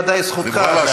ודאי זכותך.